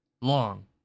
long